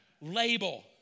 Label